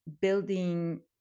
building